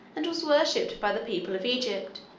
and was worshiped by the people of egypt,